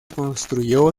construyó